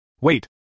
Wait